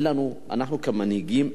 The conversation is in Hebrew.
אנחנו כמנהיגים,